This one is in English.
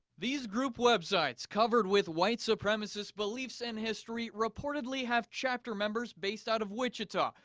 these group websites, covered with white supremacist beliefs and history, reportedly have chapter members based out of wichita.